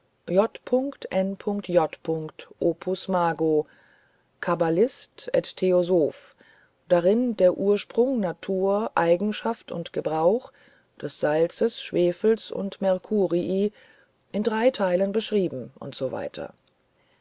opus mago cabalist et tbeosoph darin der ursprung natur eigenschaft und gebrauch des salzes schwefels und mercurii in drei teilen beschrieben usw